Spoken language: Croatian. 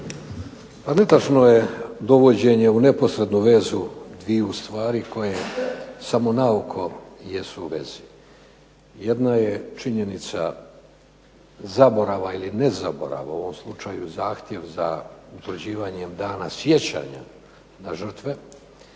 Pa netočno je dovođenje u neposrednu vezu i u stvari koje samo naoko jesu u vezi. Jedno je činjenica zaborava ili nezaborava, u ovom slučaju zahtjev za utvrđivanjem dana sjećanja na žrtve